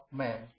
man